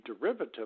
derivative